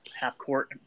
half-court